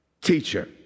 teacher